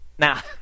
Now